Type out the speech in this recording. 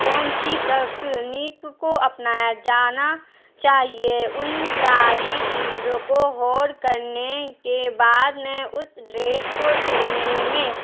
کون سی تکنیک کو اپنایا جانا چاہیے ان ساری چیزوں کوغور کرنے کے بعد میں اس ڈریس کو سلنے میں